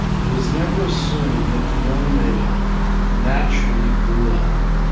it was never assumed that the young male naturally grew up.